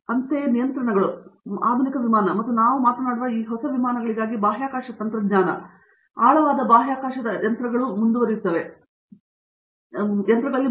ಅಂತೆಯೇ ನಿಯಂತ್ರಣಗಳು ಆಧುನಿಕ ವಿಮಾನ ಮತ್ತು ನಾವು ಮಾತನಾಡುವ ಈ ಹೊಸ ವಿಮಾನಗಳಿಗಾಗಿ ಬಾಹ್ಯಾಕಾಶ ತಂತ್ರಜ್ಞಾನವು ಆಳವಾದ ಬಾಹ್ಯಾಕಾಶ ಯಂತ್ರಗಳಲ್ಲಿ ಮುಂದುವರಿಯುತ್ತದೆ ಮತ್ತು ಹೀಗೆ